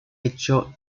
hecho